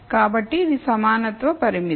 కాబట్టి ఇది సమానత్వ పరిమితి